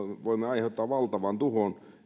voimme aiheuttaa valtavan tuhon